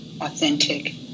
authentic